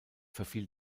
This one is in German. verfiel